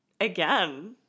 again